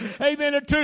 Amen